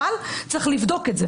אבל צריך לבדוק את זה.